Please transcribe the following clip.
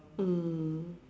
mm